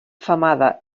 femada